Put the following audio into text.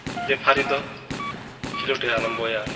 ᱞᱮᱯᱷᱟᱨᱤ ᱫᱚ ᱠᱷᱤᱞᱳᱰᱮ ᱟᱨᱟᱢᱵᱚᱭᱟ